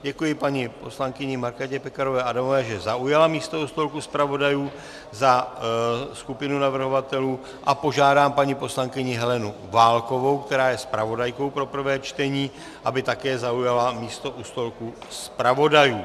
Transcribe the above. Děkuji paní poslankyni Markétě Pekarové Adamové, že zaujala místo u stolku zpravodajů za skupinu navrhovatelů, a požádám paní poslankyni Helenu Válkovou, která je zpravodajkou pro prvé čtení, aby také zaujala místo u stolku zpravodajů.